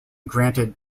granted